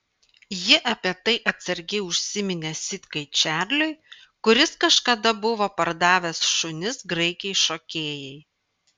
ji apie tai atsargiai užsiminė sitkai čarliui kuris kažkada buvo pardavęs šunis graikei šokėjai